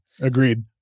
Agreed